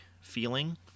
feeling